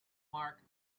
mark